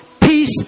peace